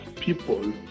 people